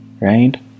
Right